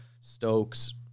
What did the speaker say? Stokes